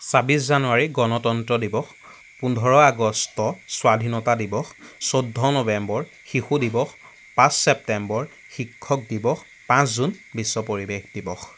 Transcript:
ছাব্বিছ জানুৱাৰী গণতন্ত্ৰ দিৱস পোন্ধৰ আগষ্ট স্বাধীনতা দিৱস চৈধ্য নৱেম্বৰ শিশু দিৱস পাঁচ ছেপ্টেম্বৰ শিক্ষক দিৱস পাঁচ জুন বিশ্ব পৰিৱেশ দিৱস